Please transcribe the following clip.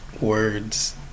words